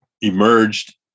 emerged